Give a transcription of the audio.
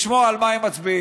לשמוע על מה הם מצביעים.